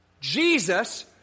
Jesus